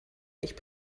ich